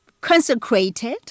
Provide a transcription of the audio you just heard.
consecrated